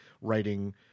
writing